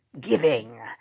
giving